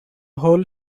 whole